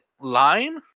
line